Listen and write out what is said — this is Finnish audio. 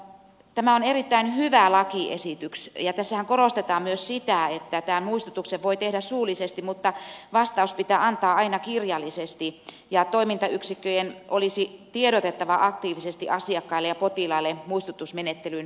tämä on erittäin hyvä lakiesitys ja tässähän korostetaan myös sitä että tämän muistutuksen voi tehdä suullisesti mutta vastaus pitää antaa aina kirjallisesti ja toimintayksikköjen olisi tiedotettava aktiivisesti asiakkaille ja potilaille muistutusmenettelyn käytöstä